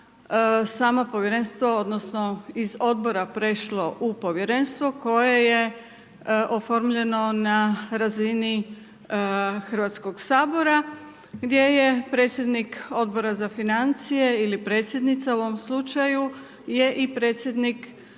samo povjerenstvo, odnosno iz odbora prešlo u povjerenstvo koje je oformljeno na razini Hrvatskog sabora gdje je predsjednik Odbora za financije ili predsjednica u ovom slučaju je i predsjednik